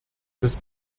des